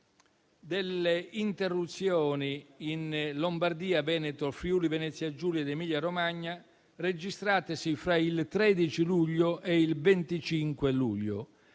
delle interruzioni in Lombardia, Veneto, Friuli-Venezia Giulia ed Emilia-Romagna registratesi fra il 13 luglio e il 25 luglio.